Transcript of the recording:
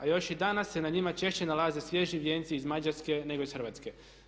A još i danas se na njima češće nalaze svježi vjenci iz Mađarske nego iz Hrvatske.